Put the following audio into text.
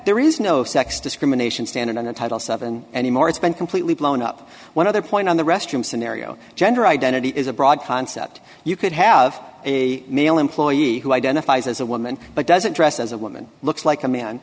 there is no sex discrimination standard in the title seven anymore it's been completely blown up one other point on the restroom scenario gender identity is a broad concept you could have a male employee who identifies as a woman but doesn't dress as a woman looks like a man